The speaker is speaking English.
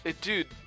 dude